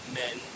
men